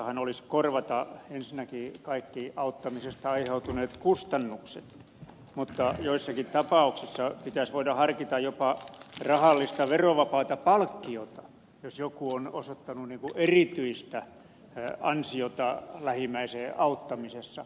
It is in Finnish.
oikeudenmukaistahan olisi korvata ensinnäkin kaikki auttamisesta aiheutuneet kustannukset mutta joissakin tapauksissa pitäisi voida harkita jopa rahallista verovapaata palkkiota jos joku on osoittanut erityistä ansiota lähimmäisen auttamisessa